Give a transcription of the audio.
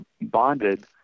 bonded